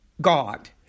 God